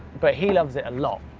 but he loves it a lot.